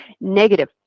negative